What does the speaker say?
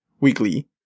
weekly